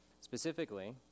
Specifically